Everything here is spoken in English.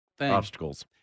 obstacles